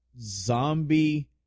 zombie